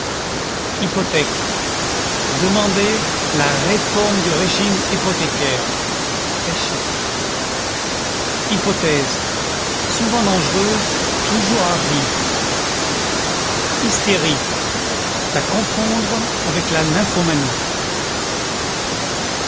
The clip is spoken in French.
hypothèque demander la réforme du régime hypothécaire très chic hypothèse souvent dangereuse toujours hardie hystérie la confondre avec la